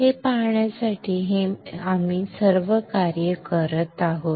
हे पाहण्यासाठी आम्ही ही सर्व कार्य करत आहोत